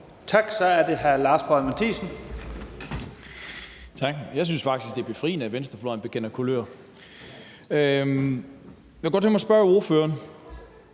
Kl. 10:01 Lars Boje Mathiesen (UFG): Tak. Jeg synes faktisk, det er befriende, at venstrefløjen bekender kulør. Jeg kunne godt tænke mig at spørge ordføreren